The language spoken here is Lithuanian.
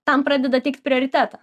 tam pradeda teikt prioritetą